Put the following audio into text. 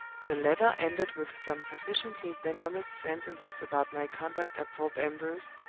the letter ended with some sufficiently venomous sentences about my conduct at thorpe ambrose,